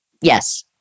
Yes